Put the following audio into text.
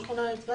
רב שכונה --- כן.